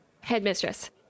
Headmistress